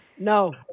No